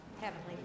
Heavenly